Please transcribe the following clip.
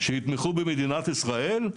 שיתמכו במדינת ישראל?